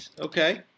Okay